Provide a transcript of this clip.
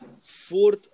fourth